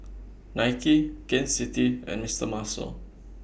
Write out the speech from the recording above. Nike Gain City and Mister Muscle